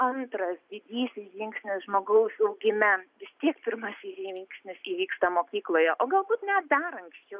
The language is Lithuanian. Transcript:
antras didysis žingsnis žmogaus augime vis tiek pirmasis žingsnis įvyksta mokykloje o galbūt net dar anksčiau